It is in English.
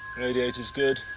radiator's good.